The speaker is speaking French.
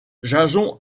jason